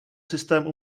systém